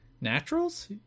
Naturals